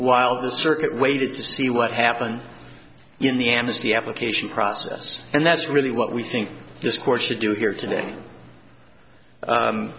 the circuit waited to see what happened in the amnesty application process and that's really what we think this court should do here today